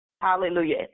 Hallelujah